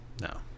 No